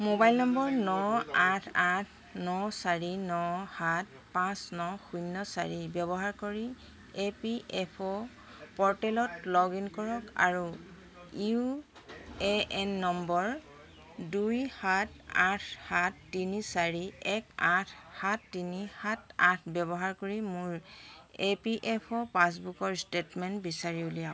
mobile নম্বৰ ন আঠ আঠ ন চাৰি ন সাত পাঁচ ন শূন্য চাৰি ব্যৱহাৰ কৰি ই পি এফ অ' প'ৰ্টেলত লগ ইন কৰক আৰু ইউ এ' এন নম্বৰ দুই সাত আঠ সাত তিনি চাৰি এক আঠ সাত তিনি সাত আঠ ব্যৱহাৰ কৰি মোৰ ই পি এফ অ' পাছবুকৰ ষ্টেটমেণ্ট বিচাৰি উলিয়াওক